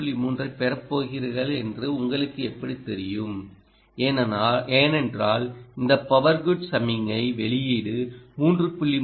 3 ஐப் பெறப் போகிறீர்கள் என்று உங்களுக்கு எப்படித் தெரியும் ஏனென்றால் இந்த பவர் குட் சமிக்ஞை வெளியீடு 3